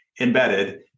embedded